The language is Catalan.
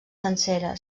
sencera